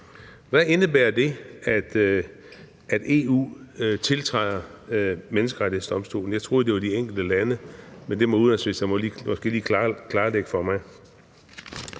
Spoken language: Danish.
Hvad indebærer det, at EU tiltræder Menneskerettighedskonventionen? Jeg troede, det var de enkelte lande, men det må udenrigsministeren måske lige klarlægge for mig.